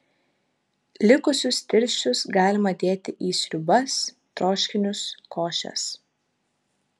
likusius tirščius galima dėti į sriubas troškinius košes